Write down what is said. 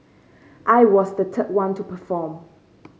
I was the third one to perform